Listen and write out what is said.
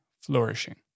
flourishing